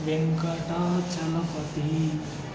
Venkatachalapathi